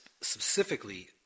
specifically